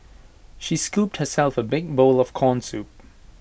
she scooped herself A big bowl of Corn Soup